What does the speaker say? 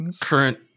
current